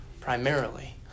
primarily